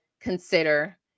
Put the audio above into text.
consider